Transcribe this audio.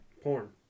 Porn